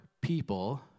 people